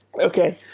Okay